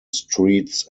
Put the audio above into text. streets